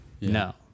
No